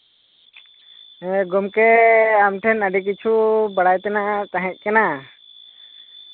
ᱦᱮᱸ ᱜᱚᱢᱠᱮ ᱟᱢᱴᱷᱮᱱ ᱟᱹᱰᱤ ᱠᱤᱪᱷᱩ ᱵᱟᱲᱟᱭ ᱛᱮᱱᱟᱜ ᱛᱟᱸᱦᱮ ᱠᱟᱱᱟ